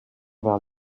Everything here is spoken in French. vers